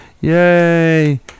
Yay